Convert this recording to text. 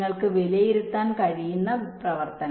നിങ്ങൾക്ക് വിലയിരുത്താൻ കഴിയുന്ന പ്രവർത്തനം